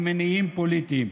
ממניעים פוליטיים.